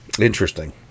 interesting